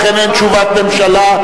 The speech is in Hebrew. לכן אין תשובת ממשלה.